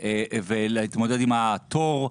ולהתמודד עם התור,